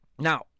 Now